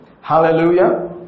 Hallelujah